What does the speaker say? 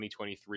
2023